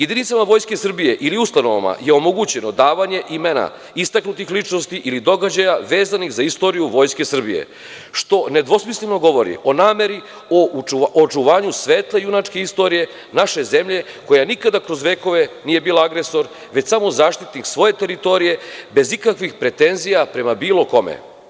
Jedinicama Vojske Srbije ili ustanovama je omogućeno davanje imena istaknutih ličnosti ili događaja vezanih za istoriju Vojske Srbije, što nedvosmisleno govori o nameri, o očuvanju svetle junačke istorije naše zemlje koja nikada kroz vekove nije bila agresor, već samo zaštitnik svoje teritorije bez ikakvih pretenzija prema bilo kome.